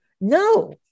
no